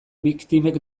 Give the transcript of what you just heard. biktimek